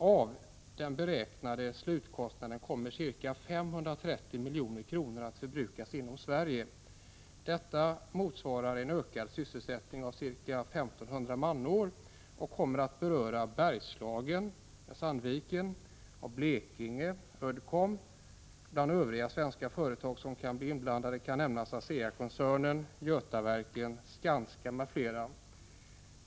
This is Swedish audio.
Av den beräknade slutkostna den kommer ca 530 milj.kr. att förbrukas inom Sverige. Detta motsvarar en ökad sysselsättning av ca 1 500 manår och kommer att beröra Bergslagen, med Sandvik, och Blekinge, Uddcomb. Bland övriga svenska företag som kan bli inblandade kan nämnas ASEA-koncernen, Götaverken, Skanska m.fl.